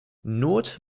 not